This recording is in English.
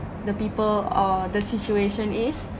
the people or the situation is